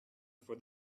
for